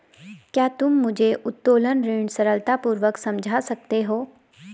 क्या तुम मुझे उत्तोलन ऋण सरलतापूर्वक समझा सकते हो?